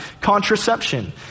Contraception